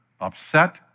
upset